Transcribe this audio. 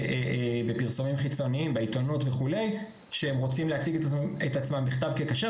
בפרסומים חיצוניים בעיתונות וכולי שהם רוצים להציג את עצמם בכתב ככשר.